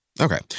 Okay